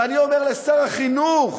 ואני אומר לשר החינוך